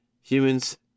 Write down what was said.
humans